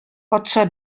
патша